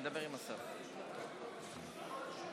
אי-קבלת חוק תקציב).